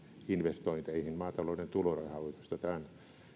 investointeihin maatalouden tulorahoitusta tämän